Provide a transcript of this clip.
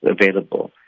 available